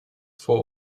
vor